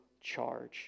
charge